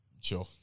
Sure